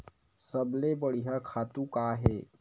सबले बढ़िया खातु का हे?